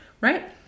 right